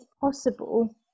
possible